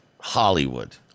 Hollywood